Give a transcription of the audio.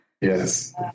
Yes